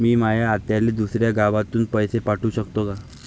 मी माया आत्याले दुसऱ्या गावातून पैसे पाठू शकतो का?